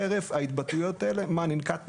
חרף ההתבטאויות האלה, מה ננקט נגדו?